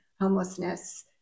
homelessness